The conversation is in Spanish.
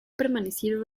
permanecido